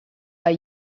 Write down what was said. are